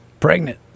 Pregnant